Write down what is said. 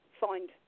find